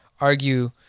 argue